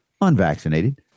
unvaccinated